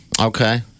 Okay